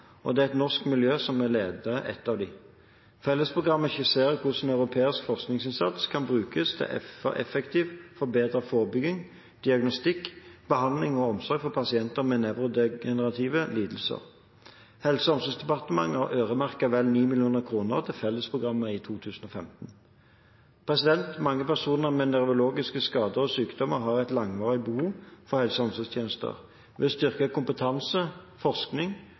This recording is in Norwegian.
og det er et norsk miljø som leder ett av dem. Fellesprogrammet skisserer hvordan europeisk forskningsinnsats kan brukes effektivt for å forbedre forebygging, diagnostikk, behandling og omsorg for pasienter med nevrodegenerative lidelser. Helse- og omsorgsdepartementet har øremerket vel 9 mill. kr til fellesprogrammet i 2015. Mange personer med nevrologiske skader og sykdommer har et langvarig behov for helse- og omsorgstjenester. Ved å styrke kompetanse og forskning